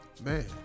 Man